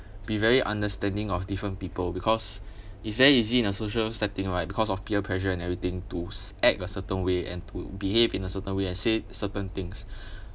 be very understanding of different people because it's very easy in a social setting right because of peer pressure and everything to c~ act a certain way and to behave in a certain way and say certain things